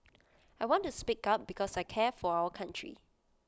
I want to speak up because I care for our country